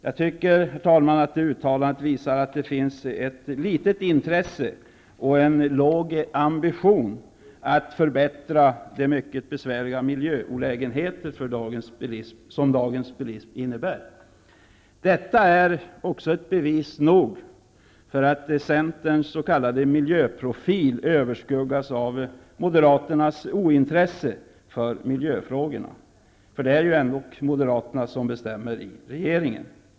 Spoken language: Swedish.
Jag tycker, herr talman, att detta uttalande visar på ett litet intresse och en låg ambition när det gäller att åstadkomma förbättringar. Jag tänker då på de mycket besvärliga miljöolägenheter som dagens bilism innebär. Detta är bevis nog för att Centerns s.k. miljöprofil överskuggas av Moderaternas ointreese för miljöfrågorna -- det är ju Moderaterna som bestämmer i regeringen.